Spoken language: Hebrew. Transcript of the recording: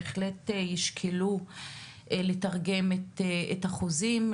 בהחלט ישקלו לתרגם את החוזים,